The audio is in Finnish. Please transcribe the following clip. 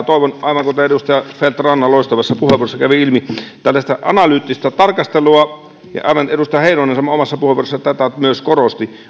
toivon aivan kuten edustaja feldt rannan loistavasta puheenvuorosta kävi ilmi analyyttistä tarkastelua myös edustaja heinonen tätä omassa puheenvuorossaan korosti